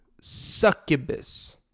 Succubus